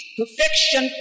perfection